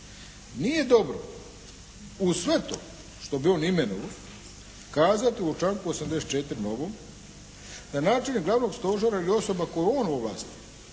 nije dobro uz sve to što bi on imenovao kazati u članku 84. ovom da načelnik Glavnog stožera ili osoba koju on ovlasti